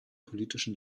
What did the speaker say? politischen